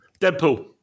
Deadpool